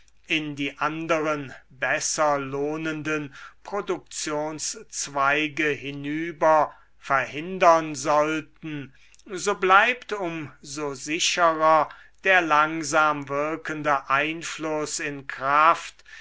in die anderen besser lohnenden produktionszweige hinüber verhindern sollten so bleibt um so sicherer der langsam wirkende einfluß in kraft